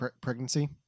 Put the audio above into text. pregnancy